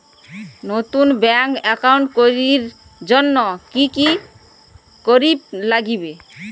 নতুন bank account করির জন্যে কি করিব নাগিবে?